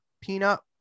peanut